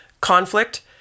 conflict